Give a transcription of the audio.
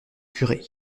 curé